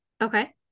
Okay